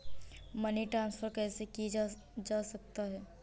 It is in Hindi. मनी ट्रांसफर कैसे किया जा सकता है?